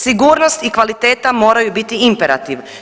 Sigurnost i kvaliteta moraju biti imperativ.